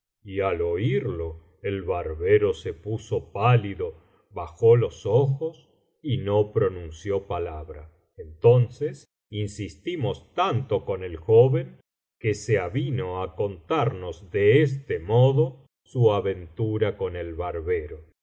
y al oirlo el barbero se puso pálido bajó los ojos y no pronunció palabra entonces insistimos tanto con el joven que se avino á contarnos de este modo su aventura con el barbero